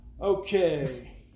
Okay